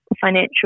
financial